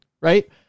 right